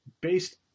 based